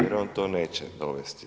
Jer on to neće dovesti.